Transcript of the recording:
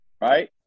right